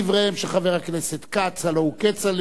ראשון הדוברים, חבר הכנסת יעקב כץ, ואחריו,